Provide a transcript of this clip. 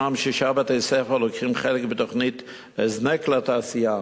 שישה בתי-ספר לוקחים חלק בתוכנית "הזנק לתעשייה".